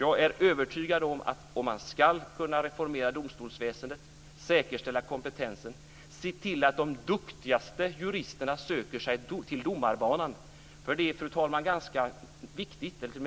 Jag är övertygad om att om man ska kunna reformera domstolsväsendet och säkerställa kompetensen måste man se till att de duktigaste juristerna söker sig till domarbanan - för det är, fru talman,